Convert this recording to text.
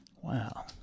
Wow